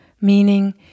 Meaning